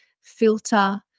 filter